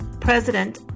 President